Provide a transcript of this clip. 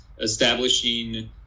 establishing